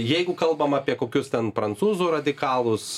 jeigu kalbam apie kokius ten prancūzų radikalus